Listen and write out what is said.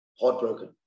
heartbroken